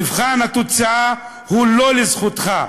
מבחן התוצאה הוא לא לזכותך,